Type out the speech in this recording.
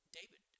David